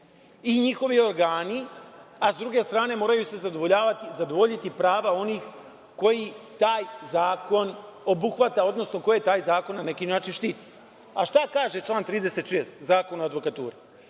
i njihovi organi, a sa druge strane moraju se zadovoljavati prava onih koje taj zakon obuhvata, odnosno koje taj zakon na neki način štiti. Šta kaže član 36. Zakona o advokaturi?